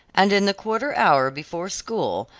and in the quarter hour before school,